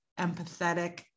empathetic